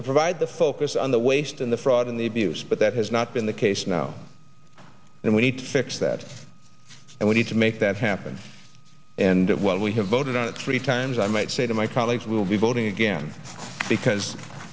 to provide the focus on the waste and the fraud and the abuse but that has not been the case now and we need to fix that and we need to make that happen and while we have voted on it three times i might say to my colleagues will be voting again because